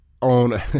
on